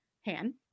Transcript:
Han